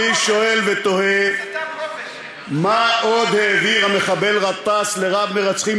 אני שואל ותוהה מה עוד העביר המחבל גטאס לרב-מרצחים